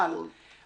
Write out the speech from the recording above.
את יודעת,